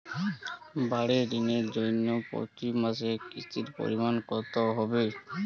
বাড়ীর ঋণের জন্য প্রতি মাসের কিস্তির পরিমাণ কত হবে?